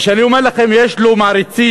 כשאני אומר לכם שיש לו מעריצים,